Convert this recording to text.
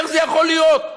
איך זה יכול להיות?